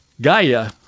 Gaia